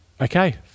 Okay